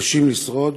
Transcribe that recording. מתקשים לשרוד,